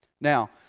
Now